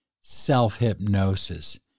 self-hypnosis